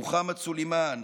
מוחמד סולימאן,